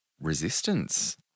resistance